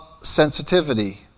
sensitivity